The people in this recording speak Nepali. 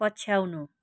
पछ्याउनु